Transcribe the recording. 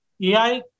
AI